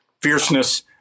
Fierceness